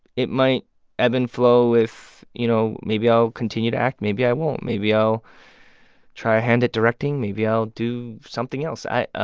it might ebb and flow with you know, maybe i'll continue to act. maybe i won't. maybe i'll try a hand at directing. maybe i'll do something else. right ah